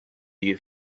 you